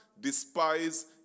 despise